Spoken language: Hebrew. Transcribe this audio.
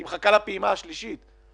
היא מחכה לפעימה השלישית.